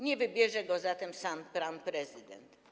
Nie wybierze go zatem sam pan prezydent.